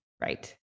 right